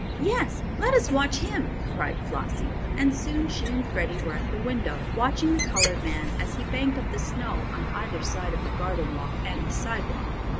yes, let us watch him! cried flossie, and soon she and freddie were at the window, watching the colored man as he banked up the snow on either side of the garden walk and the sidewalk.